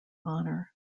honour